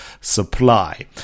supply